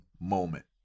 moment